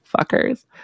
Fuckers